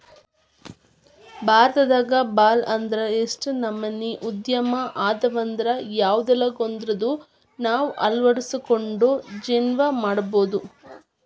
ಭಾರತದಾಗ ಭಾಳ್ ಅಂದ್ರ ಯೆಷ್ಟ್ ನಮನಿ ಉದ್ಯಮ ಅದಾವಂದ್ರ ಯವ್ದ್ರೊಳಗ್ವಂದಾದ್ರು ನಾವ್ ಅಳ್ವಡ್ಸ್ಕೊಂಡು ಜೇವ್ನಾ ಮಾಡ್ಬೊದು